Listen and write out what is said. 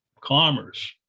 commerce